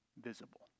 visible